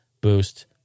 Boost